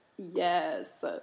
Yes